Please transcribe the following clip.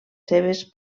seves